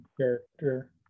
character